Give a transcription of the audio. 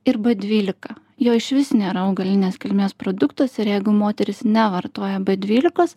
ir dvylika jo išvis nėra augalinės kilmės produktuose ir jeigu moteris nevartoja dvylikos